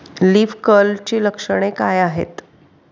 Leaf कर्लची लक्षणे काय आहेत?